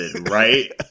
Right